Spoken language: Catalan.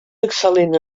excel·lent